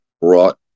brought